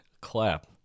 clap